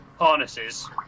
harnesses